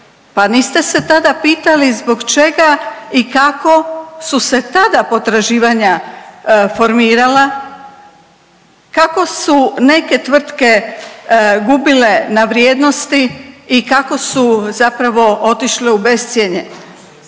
pa niste se tada pitali zbog čega i kako su se tada potraživanja formirala, kako su neke tvrtke gubile na vrijednosti i kako su zapravo otišle u bescjenje.